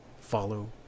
follow